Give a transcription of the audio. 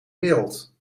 wereld